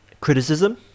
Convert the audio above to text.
criticism